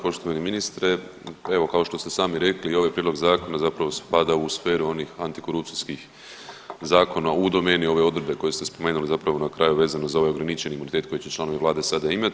Poštovani ministre, evo kao što ste i sami rekli i ovaj prijedlog zakona zapravo spada u sferu onih antikorupcijskih zakona u domeni ove odredbe koje ste spomenuli zapravo na kraju vezano za ovaj ograničeni imunitet koji će članovi vlade sada imati.